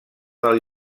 del